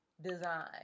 design